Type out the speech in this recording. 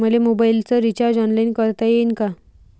मले मोबाईलच recharge online करता येईन का?